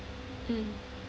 mm